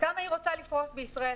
כמה היא רוצה לפרוס בישראל,